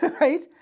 Right